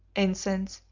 incense,